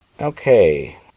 Okay